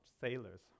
sailors